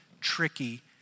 tricky